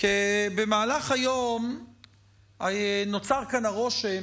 כי במהלך היום נוצר כאן הרושם,